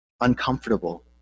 uncomfortable